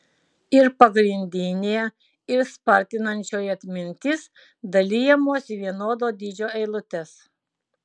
ir pagrindinė ir spartinančioji atmintis dalijamos į vienodo dydžio eilutes